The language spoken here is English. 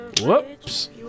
Whoops